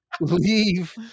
Leave